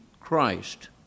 Christ